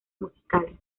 musicales